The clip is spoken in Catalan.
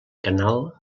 canal